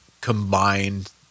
combined